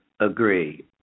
agree